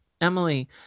emily